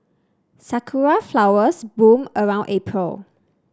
sakura flowers bloom around April